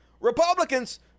Republicans